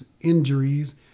injuries